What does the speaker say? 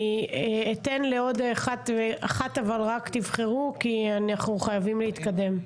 אני אתן לעוד אחת שתבחרו, כי אנחנו חייבים להתקדם.